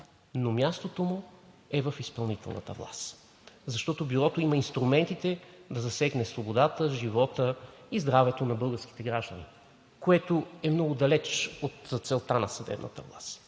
но мястото му е в изпълнителната власт, защото Бюрото има инструментите да засегне свободата, живота и здравето на българските граждани, което е много далеч от целта на съдебната власт